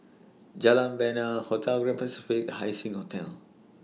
Jalan Bena Hotel Grand Pacific Haising Hotel